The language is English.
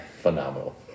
Phenomenal